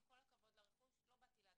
עם כל הכבוד לרכוש לא באתי להגן עליו.